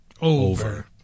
over